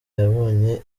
yabonye